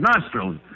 nostrils